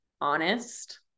honest